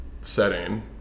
setting